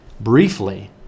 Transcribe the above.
briefly